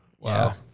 Wow